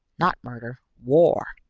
not murder. war.